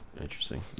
interesting